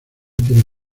tiene